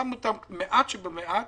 שמנו את המעט שבמעט